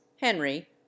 Henry